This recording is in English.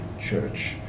church